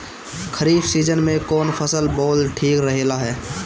खरीफ़ season में कौन फसल बोअल ठिक रहेला ह?